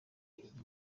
ijya